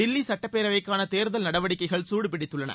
தில்லி சட்டப்பேரவைக்கான தேர்தல் நடவடிக்கைகள் சூடுபிடித்துள்ளன